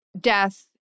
death